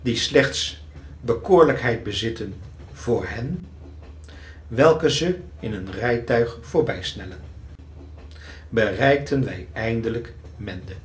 die slechts bekoorlijkheid bezitten voor hen welke ze in een rijtuig voorbijsnellen bereikten wij eindelijk mende